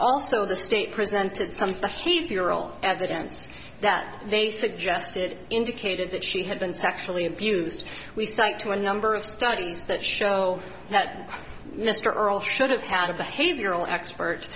also the state presenting some evidence that they suggested indicated that she had been sexually abused we stuck to a number of studies that show that mr all should have had a behavioral expert